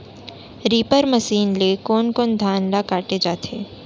Reaper machine ले कोन कोन धान ल काटे जाथे?